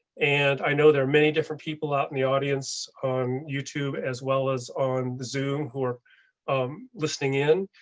and i know there are many different people out in the audience on um youtube as well as on zoom who are um listening in.